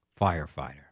firefighter